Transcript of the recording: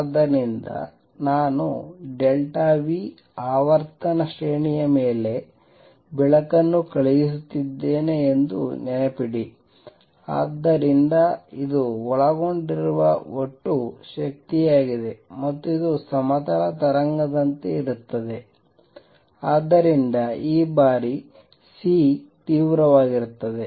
ಆದ್ದರಿಂದ ನಾನು ಆವರ್ತನ ಶ್ರೇಣಿಯ ಮೇಲೆ ಬೆಳಕನ್ನು ಕಳುಹಿಸುತ್ತಿದ್ದೇನೆ ಎಂದು ನೆನಪಿಡಿ ಆದ್ದರಿಂದ ಇದು ಒಳಗೊಂಡಿರುವ ಒಟ್ಟು ಶಕ್ತಿಯಾಗಿದೆ ಮತ್ತು ಇದು ಸಮತಲ ತರಂಗದಂತೆ ಇರುತ್ತದೆ ಆದ್ದರಿಂದ ಈ ಬಾರಿ C ತೀವ್ರವಾಗಿರುತ್ತದೆ